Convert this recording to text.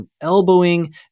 elbowing